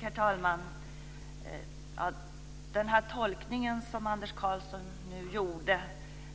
Herr talman! Den tolkning som Anders Karlsson gjorde